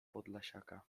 podlasiaka